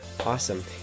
awesome